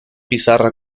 pizarra